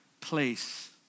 place